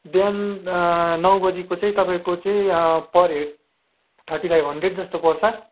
बिहान नौ बजीको चाहिँ तपाईँको चाहिँ per head thirty five hundred जस्तो पर्छ